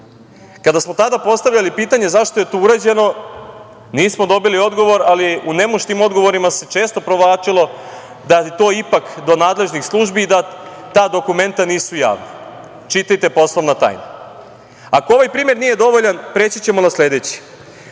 smo tada postavljali pitanje zašto je to urađeno, nismo dobili odgovor, ali u nemuštim odgovorima se često provlačilo da je to ipak do nadležnih službi i da ta dokumenta nisu javna. Čitajte – poslovna tajna. Ako ovaj primer nije dovoljan preći ćemo na sledeći. Čuvena